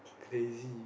crazy